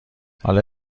حالا